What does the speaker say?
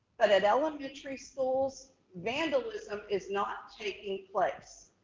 but at elementary schools, vandalism is not taking place,